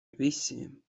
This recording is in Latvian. visiem